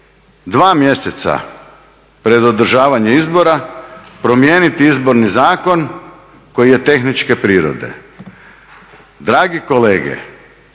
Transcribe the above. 2 mjeseca pred održavanje izbora promijeniti izborni zakon koji je tehničke prirode. Dragi kolege,